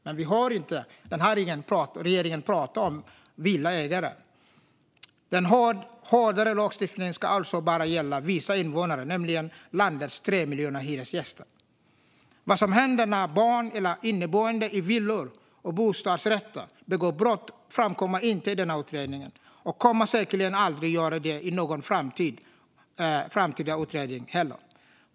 Men vi hör inte regeringen prata om villaägare. Den hårdare lagstiftningen ska alltså bara gälla vissa invånare, nämligen landets 3 miljoner hyresgäster. Vad som händer när barn eller inneboende i villor och bostadsrätter begår brott framkommer inte i denna utredning och kommer säkerligen aldrig att göra det i någon framtida utredning heller.